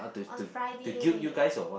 on Friday